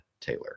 taylor